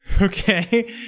Okay